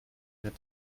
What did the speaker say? mehr